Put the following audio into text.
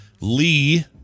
Lee